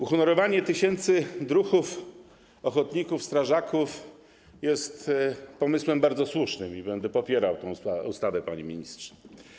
Uhonorowanie tysięcy druhów ochotników strażaków jest pomysłem bardzo słusznym i będę popierał tę ustawę, panie ministrze.